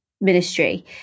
ministry